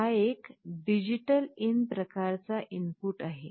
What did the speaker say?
हा एक DigitalIn प्रकारचा इनपुट आहे